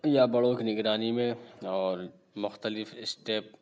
یا بڑوں کی نگرانی میں اور مختلف اسٹپ